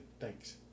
thanks